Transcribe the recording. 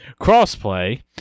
crossplay